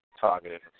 targeted